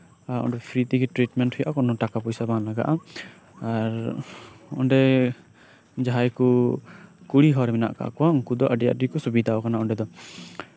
ᱟᱨ ᱚᱰᱮ ᱯᱷᱤᱨᱤ ᱛᱮᱜᱮ ᱴᱤᱨᱤᱴᱢᱮᱱᱴ ᱦᱩᱭᱩᱜᱼᱟ ᱠᱳᱱᱳ ᱴᱟᱠᱟ ᱯᱚᱭᱥᱟ ᱵᱟᱝ ᱞᱟᱜᱟᱜᱼᱟ ᱟᱨ ᱚᱰᱮ ᱡᱟᱸᱦᱟᱭ ᱠᱚ ᱠᱩᱲᱤ ᱦᱚᱲ ᱢᱮᱱᱟᱜ ᱠᱟᱜ ᱠᱚᱣᱟ ᱟᱹᱰᱤ ᱠᱚ ᱥᱩᱵᱤᱫᱷᱟ ᱠᱟᱱᱟ ᱚᱰᱮ ᱫᱚ